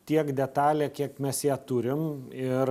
tiek detaliai kiek mes ją turim ir